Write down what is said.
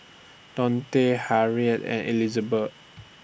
Dionte Harriet and Elizabet